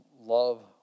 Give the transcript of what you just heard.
love